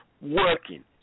working